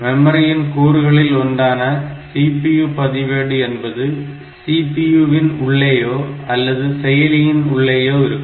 மெமரியின் கூறுகளில் ஒன்றான CPU பதிவேடு என்பது CPU வின் உள்ளேயோ அல்லது செயலியின் உள்ளேயோ இருக்கும்